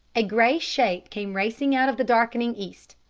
a grey shape came racing out of the darkening east,